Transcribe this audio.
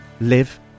live